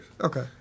Okay